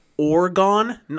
Oregon